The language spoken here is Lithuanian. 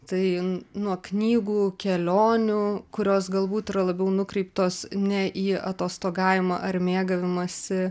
tai n nuo knygų kelionių kurios galbūt yra labiau nukreiptos ne į atostogavimą ar mėgavimąsi